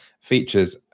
features